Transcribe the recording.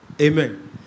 Amen